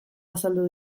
azaldu